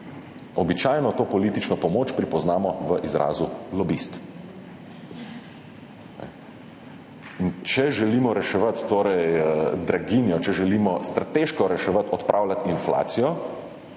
Običajno to politično pomoč pripoznamo v izrazu lobist. In če želimo reševati draginjo, če želimo strateško reševati, odpravljati inflacijo,